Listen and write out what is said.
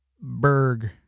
Berg